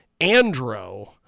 Andro